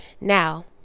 Now